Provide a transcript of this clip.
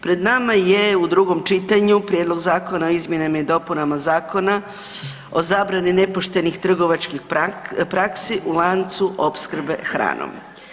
Pred nama je u drugom čitanju Prijedlog zakona o izmjenama i dopunama Zakona o zabrani nepoštenih trgovačkih praksi u lancu opskrbe hranom.